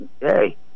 Hey